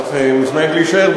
את מוזמנת להישאר.